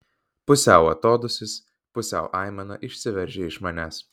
pusiau atodūsis pusiau aimana išsiveržia iš manęs